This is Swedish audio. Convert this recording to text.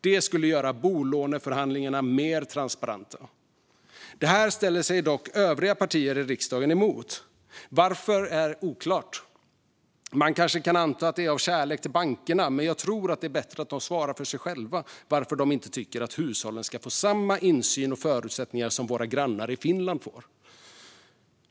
Det skulle göra bolåneförhandlingar mer transparenta. Detta motsätter sig dock övriga partier i riksdagen. Varför är oklart. Man kanske kan anta att det är av kärlek till bankerna, men jag tror att det är bättre att de svarar för sig själva på varför de inte tycker att hushållen ska få samma insyn och förutsättningar som våra grannar i Finland får.